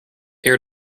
air